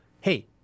hey